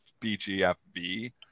BGFV